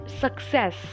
success